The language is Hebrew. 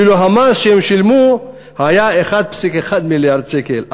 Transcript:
ואילו המס שהן שילמו היה 1.1 מיליארד שקלים.